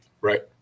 Right